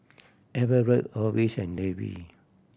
Everet Orvis and Levy